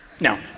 No